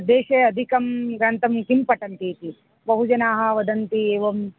देशे अधिकं ग्रन्थं किं पठन्ति इति बहुजनाः वदन्ति एवं